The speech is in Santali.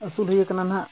ᱟᱹᱥᱩᱞ ᱦᱩᱭ ᱠᱟᱱᱟ ᱱᱟᱦᱟᱜ